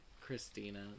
Christina